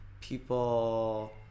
people